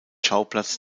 schauplatz